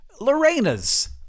Lorena's